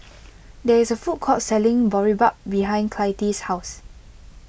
there is a food court selling Boribap behind Clytie's house